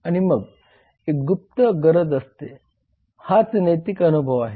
आणि मग एक गुप्त गरज असेल हाच नैतिक अनुभव आहे